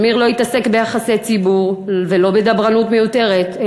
שמיר לא התעסק ביחסי ציבור ולא בדברנות מיותרת,